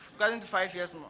five years.